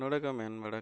ᱱᱚᱰᱮᱜᱮ ᱢᱮᱱ ᱵᱟᱲᱟ